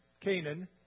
Canaan